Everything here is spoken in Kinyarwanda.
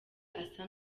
asa